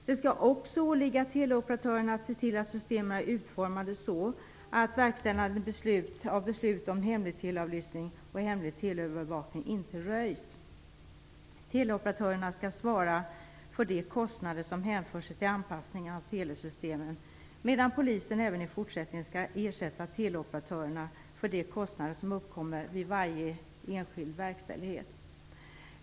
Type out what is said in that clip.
Det skall också åligga teleoperatörerna att se till att systemen är utformade så att verkställandet av beslut om hemlig teleavlyssning och hemlig teleövervakning inte röjs. Teleoperatörerna skall svara för de kostnader som hänför sig till anpassning av telesystemen, medan Polisen även i fortsättningen skall ersätta teleoperatörerna för de kostnader som uppkommer vid varje enskild verkställighet.